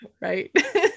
Right